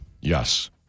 Yes